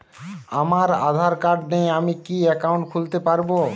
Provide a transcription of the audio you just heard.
আমার আধার কার্ড নেই আমি কি একাউন্ট খুলতে পারব?